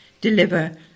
deliver